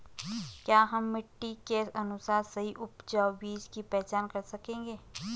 क्या हम मिट्टी के अनुसार सही उपजाऊ बीज की पहचान कर सकेंगे?